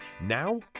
Now